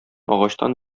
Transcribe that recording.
агачтан